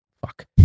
Fuck